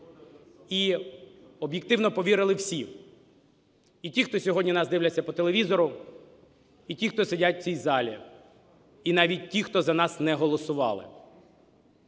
І об'єктивно повірили всі: і ті, хто сьогодні нас дивляться по телевізору, і ті, хто сидять в цій залі, і навіть ті, хто за нас не голосували.